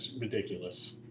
ridiculous